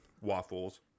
waffles